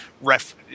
ref